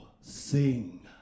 sing